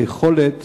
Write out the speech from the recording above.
היכולת